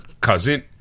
cousin